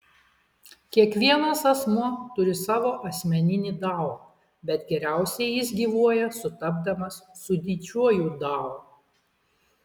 kiekvienas asmuo turi savo asmeninį dao bet geriausiai jis gyvuoja sutapdamas su didžiuoju dao